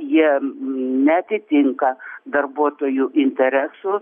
jie neatitinka darbuotojų interesų